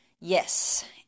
Yes